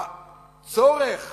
הצורך